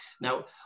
Now